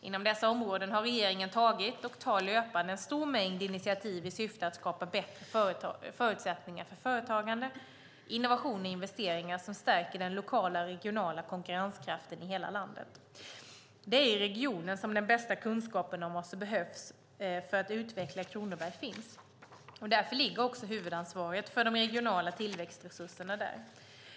Inom dessa områden har regeringen tagit och tar löpande en stor mängd initiativ i syfte att skapa bättre förutsättningar för företagande, innovationer och investeringar som stärker den lokala och regionala konkurrenskraften i hela landet. Det är i regionen som den bästa kunskapen om vad som behövs för att utveckla Kronoberg finns, och därför ligger också huvudansvaret för de regionala tillväxtresurserna där.